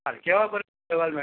चालेल केव्हापर्यंत कळवाल मॅम